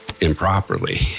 improperly